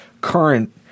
current